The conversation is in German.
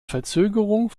verzögerung